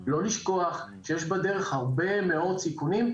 לא לשכוח שיש בדרך הרבה מאוד סיכונים,